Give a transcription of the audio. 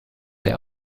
der